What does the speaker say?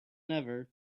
never